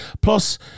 Plus